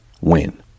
Win